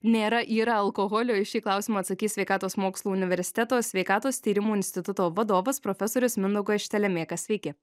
nėra yra alkoholio į šį klausimą atsakys sveikatos mokslų universiteto sveikatos tyrimų instituto vadovas profesorius mindaugas štelemėkas sveiki